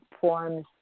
forms